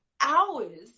hours